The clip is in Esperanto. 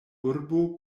urbo